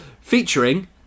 Featuring